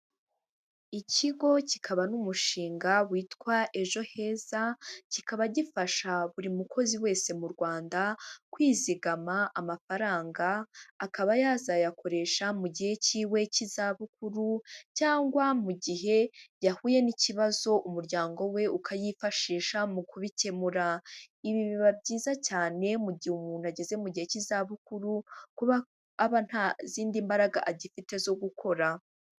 Ikigo kikaba n'umushinga witwa ejo heza kikaba gifasha buri mukozi wese mu Rwanda, kwizigama amafaranga akaba yazayakoresha mu gihe cyiwe cy'izabukuru, cyangwa mu gihe yahuye n'ikibazo umuryango we ukayifashisha mu kubikemura, ibi biba byiza cyane mu gihe umuntu ageze mu gihe cy'izabukuru kuba aba nta zindi mbaraga agifite zo gukora.